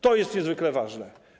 To jest niezwykle ważne.